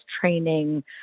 training